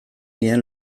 nien